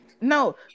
No